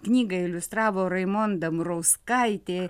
knygą iliustravo raimonda murauskaitė